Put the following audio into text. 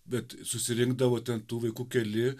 bet susirinkdavo ten tų vaikų keli